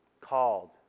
called